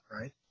right